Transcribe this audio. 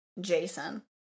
jason